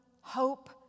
hope